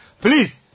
Please